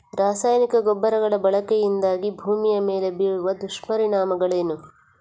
ರಾಸಾಯನಿಕ ಗೊಬ್ಬರಗಳ ಬಳಕೆಯಿಂದಾಗಿ ಭೂಮಿಯ ಮೇಲೆ ಬೀರುವ ದುಷ್ಪರಿಣಾಮಗಳೇನು?